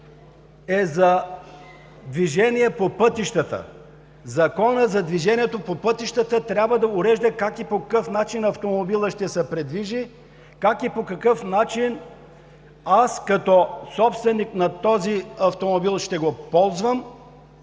е за движение по пътищата. Законът за движението по пътищата трябва да урежда как и по какъв начин автомобилът ще се придвижи, как и по какъв начин аз като собственик на този автомобил ще го ползвам